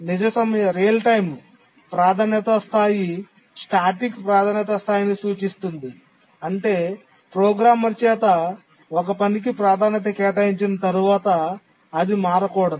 నిజ సమయ ప్రాధాన్యత స్థాయి స్టాటిక్ ప్రాధాన్యత స్థాయిని సూచిస్తుంది అంటే ప్రోగ్రామర్ చేత ఒక పనికి ప్రాధాన్యత కేటాయించిన తర్వాత అది మారకూడదు